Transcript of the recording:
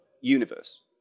universe